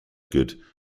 good